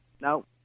No